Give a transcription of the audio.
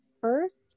first